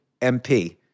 MP